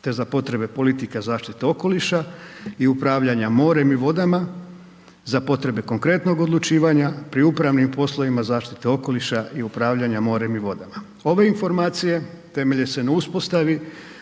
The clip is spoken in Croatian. te za potrebe politika zaštite okoliša i upravljanja morem i vodama, za potrebe konkretnog odlučivanja pri upravnim poslovima zaštite okoliša i upravljanja morem i vodama. Ove informacije temelje se na uspostavi